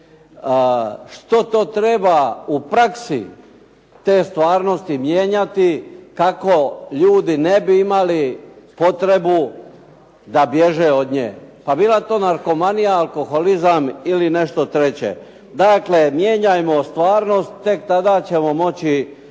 Što to treba u praksi te stvarnosti mijenjati kako ljudi ne bi imali potrebu da bježe od nje? Pa bila to narkomanija, alkoholizam ili nešto treće. Dakle, mijenjajmo stvarnost tek tada ćemo moći